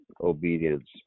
obedience